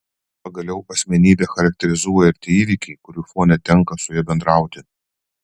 pagaliau asmenybę charakterizuoja ir tie įvykiai kurių fone tenka su ja bendrauti